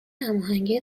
هماهنگی